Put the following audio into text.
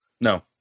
no